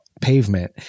pavement